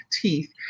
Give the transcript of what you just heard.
teeth